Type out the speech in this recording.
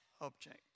object